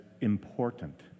important